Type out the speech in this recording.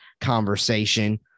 conversation